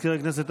מזכיר הכנסת,